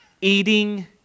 eating